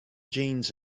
jeans